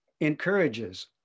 encourages